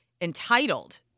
entitled